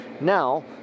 Now